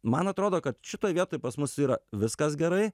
man atrodo kad šitoj vietoj pas mus yra viskas gerai